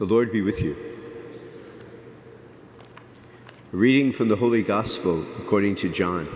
the lord be with you reading from the holy gospel according to john